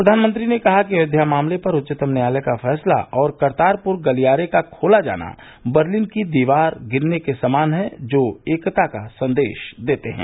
प्रधानमंत्री ने कहा कि अयोध्या मामले पर उच्चतम न्यायालय का फैसला और करतारपुर गलियारे का खोला जाना वर्लिन की दीवार गिरने के समान है जो एकता का संदेश देते हैं